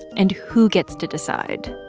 and who gets to decide?